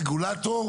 בהמשך.